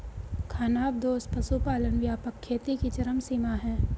खानाबदोश पशुपालन व्यापक खेती की चरम सीमा है